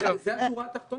זו השורה התחתונה.